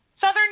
southern